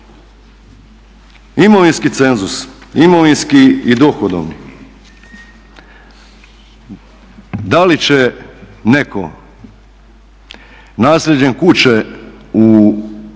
Imovinski cenzus, imovinski i dohodovni, da li će netko nasljeđem kuće u evo